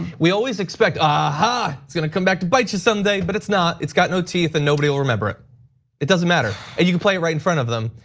we always expect, uh-ha, ah it's gonna come back to bite you some day but it's not, it's got no teeth and nobody will remember it. it doesn't matter, and you can play it right in front of them,